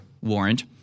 warrant